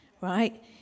right